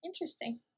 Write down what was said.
Interesting